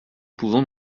pouvons